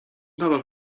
nadal